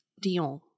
Dion